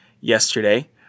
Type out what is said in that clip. yesterday